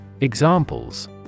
Examples